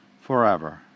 forever